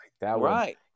Right